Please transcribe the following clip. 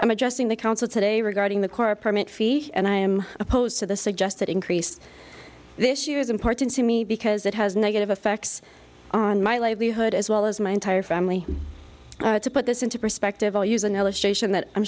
i'm adjusting the council today regarding the kora permit fee and i am opposed to the suggested increase this year is important to me because it has negative effects on my livelihood as well as my entire family to put this into perspective or use an illustration that i'm